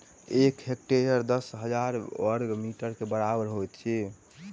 एक हेक्टेयर दस हजार बर्ग मीटर के बराबर होइत अछि